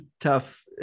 tough